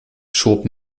schob